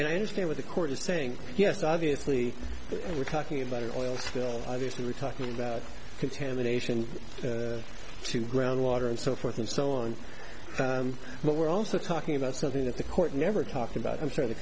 and i understand what the court is saying yes obviously we're talking about oil spill obviously we're talking about contamination to ground water and so forth and so on but we're also talking about something that the court never talked about i'm sure the